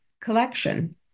collection